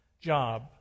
job